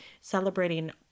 celebrating